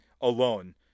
alone